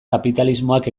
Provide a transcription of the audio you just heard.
kapitalismoak